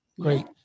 Great